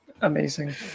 Amazing